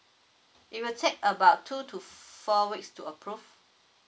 it will take about two to four weeks to approve